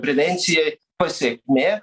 prevencijai pasekmė